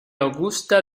augusta